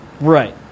Right